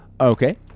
Okay